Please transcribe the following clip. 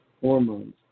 hormones